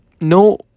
no